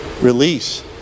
release